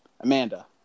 Amanda